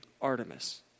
Artemis